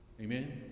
Amen